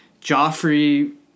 Joffrey